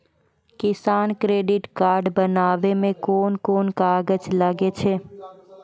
किसान credit card बनाबै मे कोन कोन कागज लागै छै?